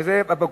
וזאת הבגרות.